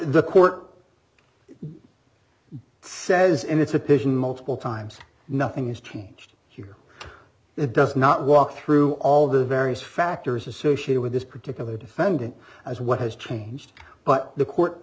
the court says and it's a pigeon multiple times nothing is changed here it does not walk through all the various factors associated with this particular defendant as what has changed but the court